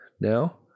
now